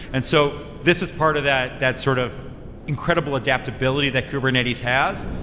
and so this is part of that that sort of incredible adaptability that kubernetes has.